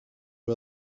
who